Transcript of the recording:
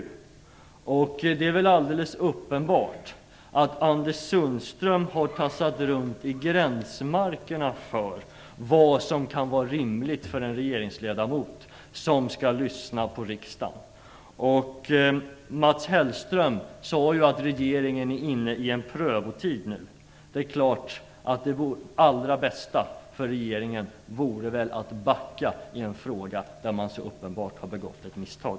Det är väl alldeles uppenbart att Anders Sundström har tassat runt i gränsmarkerna för vad som kan vara rimligt för en regeringsledamot som skall lyssna på riksdagen. Mats Hellström sade att regeringen nu är inne i en prövotid. Det allra bästa för regeringen vore att backa, i en fråga där man så uppenbart har gjort ett misstag.